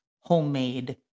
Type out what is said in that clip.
homemade